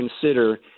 consider